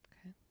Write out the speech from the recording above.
Okay